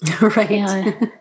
right